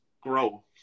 grow